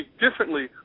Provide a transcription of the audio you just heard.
differently